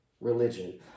religion